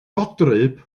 fodryb